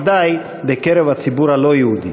ודאי בקרב הציבור הלא-יהודי.